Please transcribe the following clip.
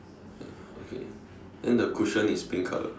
ya okay then the cushion is pink color